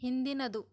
ಹಿಂದಿನದು